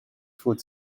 food